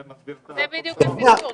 זה מסביר את התוצאות.